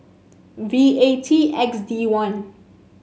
V A T X D one